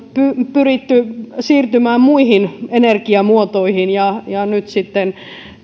pyritty siirtymään muihin energiamuotoihin ja ja nyt sitten